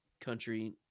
country